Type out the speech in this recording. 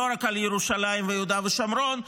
לא רק על ירושלים ויהודה ושומרון.